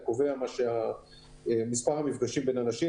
אלא מספר המפגשים בין אנשים,